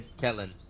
Kellen